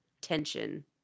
tension